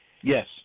Yes